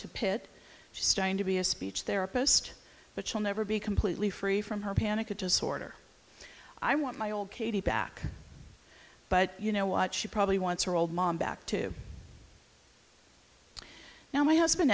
to pitt studying to be a speech therapist but she'll never be completely free from her panic of disorder i want my old katie back but you know what she probably wants her old mom back to now my husband